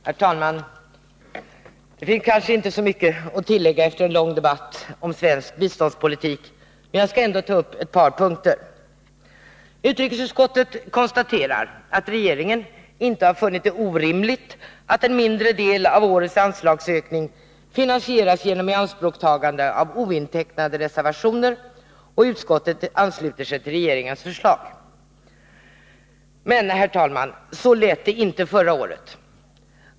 Herr talman! Det finns kanske inte så mycket att tillägga efter en lång debatt om svensk biståndspolitik, men jag skall ändå ta upp ett par punkter. Utrikesutskottet konstaterar att regeringen inte har funnit det orimligt att en mindre del av årets anslagsökning finansieras genom ianspråkstagande av ointecknade reservationer, och utskottet ansluter sig till regeringens förslag. Men, herr talman, så lät det inte förra året.